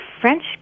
French